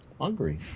Hungry